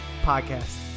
Podcast